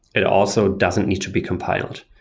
it also doesn't need to be compiled.